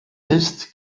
ist